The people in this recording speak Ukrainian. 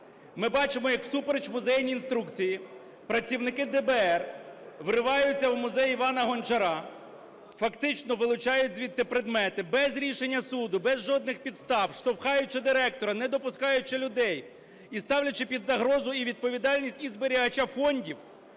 Ми бачимо, як всупереч музейній інструкції працівники ДБР вриваються в музей Івана Гончара, фактично вилучають звідти предмети без рішення суду, без жодних підстав, штовхаючи директора, не допускаючи людей і ставлячи під загрозу і відповідальність і зберігача фондів,